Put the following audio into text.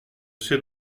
ces